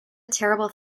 terrible